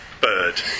bird